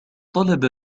طلب